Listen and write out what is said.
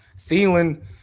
Thielen